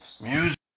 Music